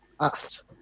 asked